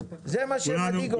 זה מה שמדאיג אותי.